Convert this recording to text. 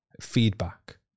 feedback